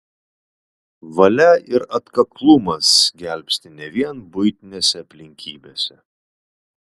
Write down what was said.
valia ir atkaklumas gelbsti ne vien buitinėse aplinkybėse